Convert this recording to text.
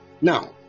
Now